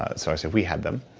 ah so i say, we had them.